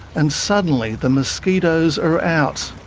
and suddenly the mosquitoes are out.